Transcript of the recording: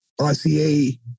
RCA